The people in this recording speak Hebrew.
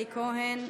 אלי כהן,